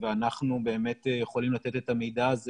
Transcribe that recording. ואנחנו באמת יכולים לתת את המידע הזה